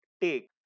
take